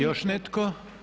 Još netko?